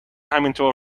همینطور